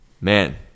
man